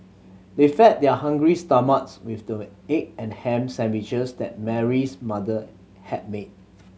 they fed their hungry stomachs with the egg and ham sandwiches that Mary's mother had made